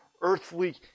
earthly